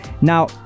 Now